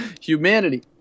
Humanity